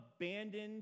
abandoned